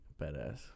badass